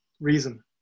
reason